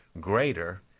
greater